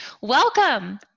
Welcome